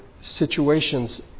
situations